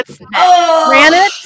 granite